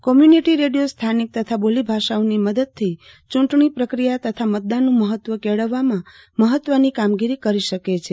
community radio સ્થાનિક તથા બોલિ ભાષાઓની મદદથી ચૂંટણી પ્રક્રિયા તથા મતદાનનું મહત્ત્વ કેળવવામાં મહત્વની કામગીરી કરી શકે છે